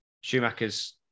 Schumacher's